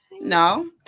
No